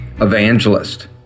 evangelist